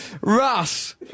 Russ